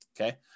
Okay